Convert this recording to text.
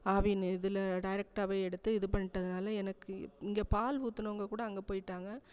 ஆவினு இதில் டைரெக்டாகவே எடுத்து இது பண்ணிட்டதுனால எனக்கு இங்கே பால் ஊற்றினவங்கக்கூட அங்கே போய்விட்டாங்க